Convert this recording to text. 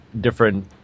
different